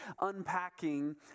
unpacking